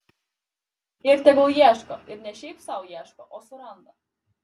ir tegul ieško ir ne šiaip sau ieško o suranda